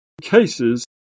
cases